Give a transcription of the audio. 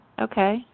Okay